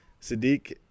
Sadiq